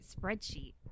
spreadsheet